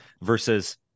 versus